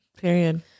period